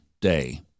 day